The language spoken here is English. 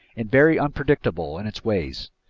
and very unpredictable in its ways,